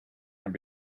and